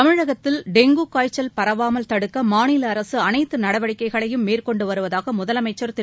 தமிழகத்தில் டெங்கு காய்ச்சல் பரவாமல் தடுக்க மாநில அரசு அனைத்து நடவடிக்கைகளையும் மேற்கொண்டு வருவதாக முதலமைச்சர் திரு